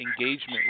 engagement